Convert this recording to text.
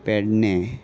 Pedne